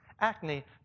acne